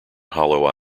hollow